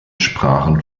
sprachen